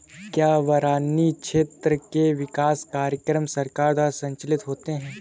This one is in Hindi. क्या बरानी क्षेत्र के विकास कार्यक्रम सरकार द्वारा संचालित होते हैं?